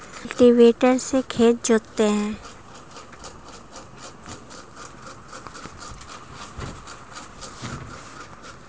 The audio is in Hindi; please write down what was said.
कल्टीवेटर से खेत जोतते हैं